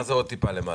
מה זה "עוד קצת למעלה"?